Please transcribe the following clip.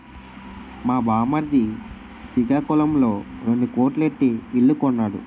మా బామ్మర్ది సికాకులంలో రెండు కోట్లు ఎట్టి ఇల్లు కొన్నాడు